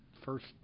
first